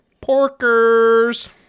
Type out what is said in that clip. porkers